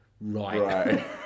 Right